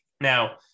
Now